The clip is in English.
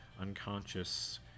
unconscious